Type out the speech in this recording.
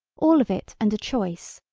all of it and a choice,